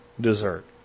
dessert